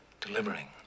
delivering